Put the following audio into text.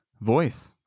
voice